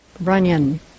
Runyon